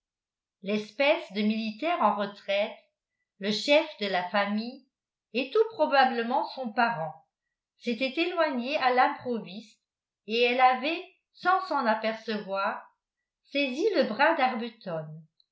l'espèce de militaire en retraite le chef de la famille et tout probablement son parent s'était éloigné à l'improviste et elle avait sans s'en apercevoir saisi le bras